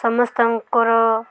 ସମସ୍ତଙ୍କର